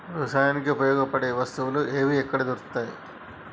వ్యవసాయానికి ఉపయోగపడే వస్తువులు ఏవి ఎక్కడ దొరుకుతాయి?